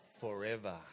Forever